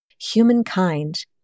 Humankind